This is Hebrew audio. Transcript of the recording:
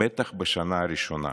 בטח בשנה הראשונה.